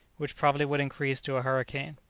which probably would increase to a hurricane.